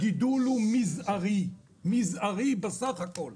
הגידול הוא מזערי, מזערי בסך הכול,